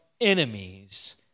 enemies